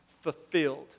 fulfilled